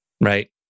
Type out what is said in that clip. Right